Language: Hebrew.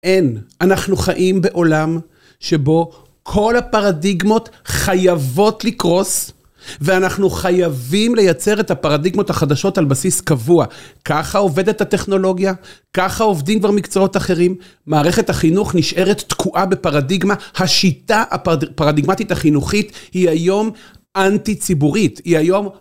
אין. אנחנו חיים בעולם שבו כל הפרדיגמות חייבות לקרוס, ואנחנו חייבים לייצר את הפרדיגמות החדשות על בסיס קבוע. ככה עובדת הטכנולוגיה, ככה עובדים כבר מקצועות אחרים. מערכת החינוך נשארת תקועה בפרדיגמה. השיטה הפרדיגמטית החינוכית היא היום אנטי ציבורית. היא היום...